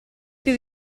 più